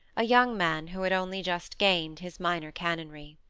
a young man who had only just gained his minor canonry.